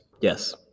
Yes